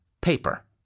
paper